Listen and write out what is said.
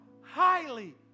highly